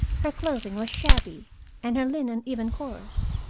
her clothing was shabby and her linen even coarse.